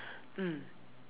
mm